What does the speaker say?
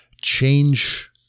change